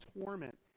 torment